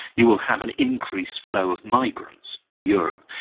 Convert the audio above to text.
you will have an increased flow of migrants to europe.